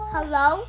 Hello